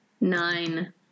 nine